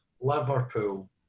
Liverpool